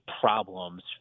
problems